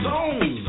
Zone